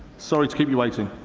sorry to keep you waiting.